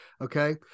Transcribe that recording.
okay